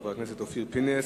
חבר הכנסת אופיר פינס.